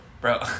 bro